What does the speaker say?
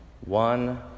one